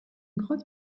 grotte